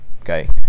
Okay